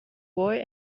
boy